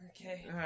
Okay